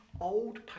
old